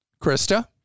Krista